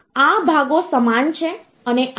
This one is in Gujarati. આ સૌથી મહત્વપૂર્ણ અને મહત્વનો અંક હોવો જોઈએ